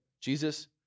Jesus